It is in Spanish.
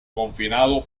confinado